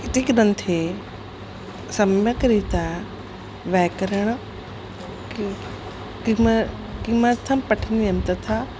इति ग्रन्थे सम्यक् रीत्या व्याकरणं किं किं किमर्थं पठनीयं तथा